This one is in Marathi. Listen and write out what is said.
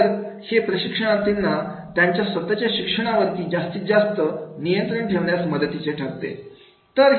तर हे प्रशिक्षणार्थींना त्यांच्या स्वतःच्या शिक्षणा वरती जास्तीत जास्त नियंत्रण ठेवण्यास मदतीचे ठरते